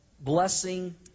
blessing